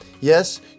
Yes